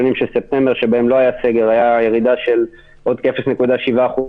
יש לכם את הנוסח המשולב בנושא: תקנות סמכויות